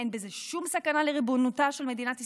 אין בזה שום סכנה לריבונותה של מדינת ישראל,